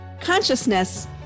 consciousness